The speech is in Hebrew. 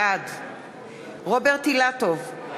בעד רוברט אילטוב,